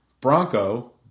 Bronco